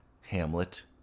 Hamlet